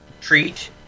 treat